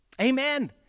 Amen